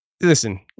listen